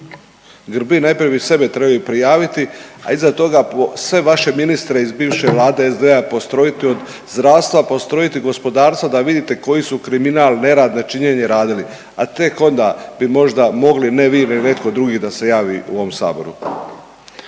Grbin najprije bi sebe trebao prijaviti, a iza toga sve vaše ministre iz bivše Vlade SDP-a postrojiti od zdravstva postrojiti gospodarstva, da vidite koji su kriminal, nerad, nečinjenje radili, a teko onda bi možda mogli ne vi, nego netko drugi da se javi u ovom Saboru.